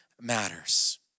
matters